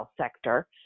sector